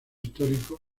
histórico